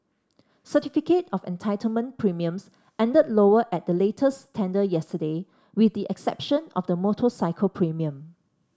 certificate of entitlement premiums ended lower at the latest tender yesterday with the exception of the motorcycle premium